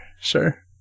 sure